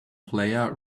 player